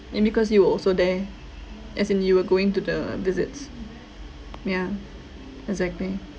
and because you were also there as in you were going to the visits mm ya exactly